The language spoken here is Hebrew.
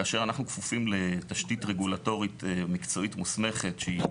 כאשר אנחנו כפופים לתשתית רגולטורית מקצועית מוסמכת שהיא